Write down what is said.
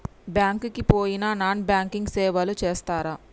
Bank కి పోయిన non banking సేవలు చేస్తరా?